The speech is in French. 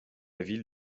ville